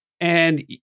and-